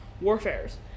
warfares